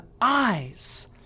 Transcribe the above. eyes